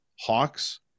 Hawks